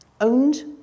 owned